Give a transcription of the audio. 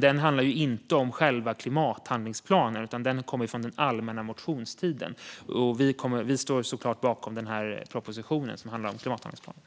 Den handlar dock inte om själva klimathandlingsplanen, utan den kommer från den allmänna motionstiden. Vi står såklart bakom propositionen som handlar om klimathandlingsplanen.